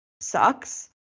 sucks